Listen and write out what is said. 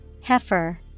Heifer